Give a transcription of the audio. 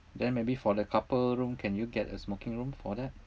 then maybe for the couple room can you get a smoking room for that